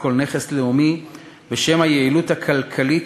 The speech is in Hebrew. כל נכס לאומי בשם היעילות הכלכלית,